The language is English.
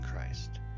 Christ